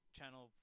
channel